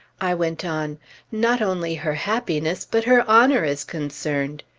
i went on not only her happiness, but her honor is concerned.